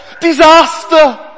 Disaster